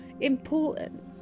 important